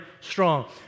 strong